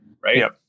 right